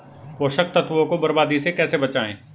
पोषक तत्वों को बर्बादी से कैसे बचाएं?